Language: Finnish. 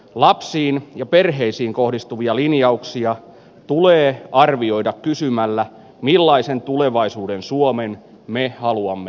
lapsiin ja perheisiin kohdistuvia linjauksia tulee arvioida kysymällä millaisen tulevaisuuden suomeen me haluamme